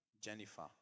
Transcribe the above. Jennifer